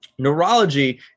Neurology